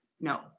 No